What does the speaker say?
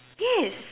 yes